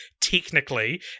technically